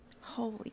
Holy